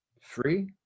free